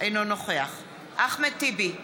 אינו נוכח אחמד טיבי,